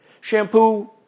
Shampoo